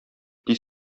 тиз